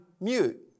mute